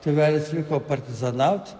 tėvelis liko partizanaut